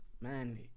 man